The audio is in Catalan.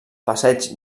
passeig